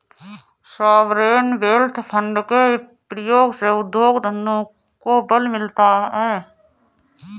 sovereign wealth fund के प्रयोग से उद्योग धंधों को बल मिलता है